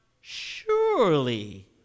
surely